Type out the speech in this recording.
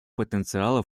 потенциала